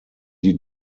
die